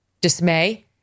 dismay